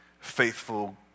faithful